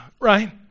right